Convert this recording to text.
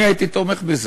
אני הייתי תומך בזה,